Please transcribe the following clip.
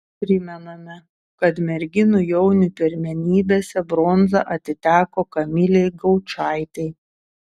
primename kad merginų jaunių pirmenybėse bronza atiteko kamilei gaučaitei